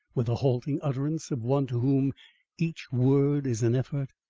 with the halting utterance of one to whom each word is an effort,